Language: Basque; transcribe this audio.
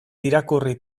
irakurri